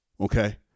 Okay